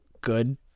good